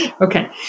Okay